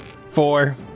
Four